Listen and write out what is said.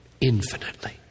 infinitely